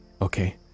Okay